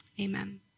amen